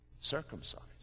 Circumcised